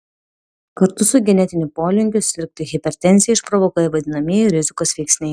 kartu su genetiniu polinkiu sirgti hipertenziją išprovokuoja vadinamieji rizikos veiksniai